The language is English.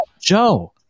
Joe